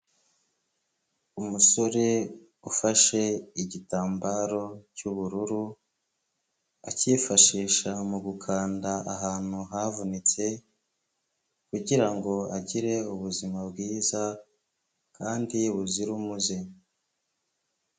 Umusore ufashe igitambaro cy'ubururu akifashisha mu gukanda ahantu havunitse kugira ngo agire ubuzima bwiza kandi buzira umuze.